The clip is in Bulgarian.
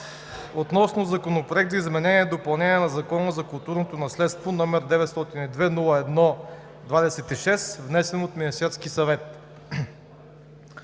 относно Законопроект за изменение и допълнение на Закона за културното наследство, № 902-01-26, внесен от Министерския съвет